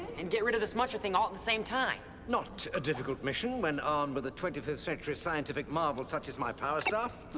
and get rid of this muncher thing all at the same time. not a difficult mission when armed with a twenty fifth century scientific marvel such as my power staff.